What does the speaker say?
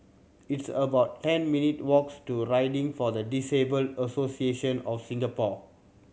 it's about ten minute walks' to Riding for the Disabled Association of Singapore